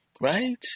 Right